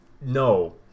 no